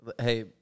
Hey